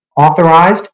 authorized